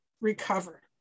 recover